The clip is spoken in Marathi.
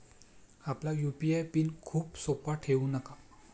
आपला यू.पी.आय पिन खूप सोपा ठेवू नका